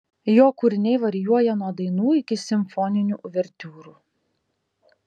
jo kūriniai varijuoja nuo dainų iki simfoninių uvertiūrų